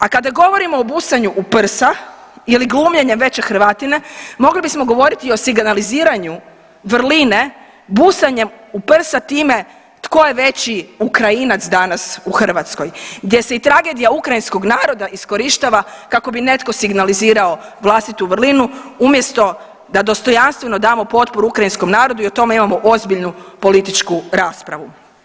A kada govorimo o busanju u prsa ili glumljenje veće Hrvatine mogli bismo govoriti o signaliziranju vrline busanjem u prsa time tko je veći Ukrajinac danas u Hrvatskoj gdje se i tragedija ukrajinskog naroda iskorištava kako bi netko signalizirao vlastitu vrlinu umjesto da dostojanstveno damo potporu ukrajinskom narodu i o tome imamo ozbiljnu političku raspravu.